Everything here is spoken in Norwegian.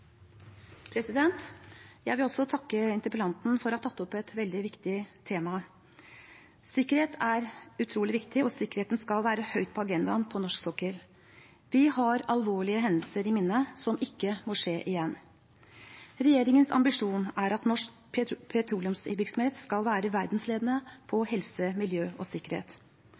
Jeg vil også takke interpellanten for å ha tatt opp et veldig viktig tema. Sikkerhet er utrolig viktig, og sikkerheten skal være høyt på agendaen på norsk sokkel. Vi har alvorlige hendelser i minne som ikke må skje igjen. Regjeringens ambisjon er at norsk petroleumsvirksomhet skal være verdensledende innen helse, miljø og sikkerhet.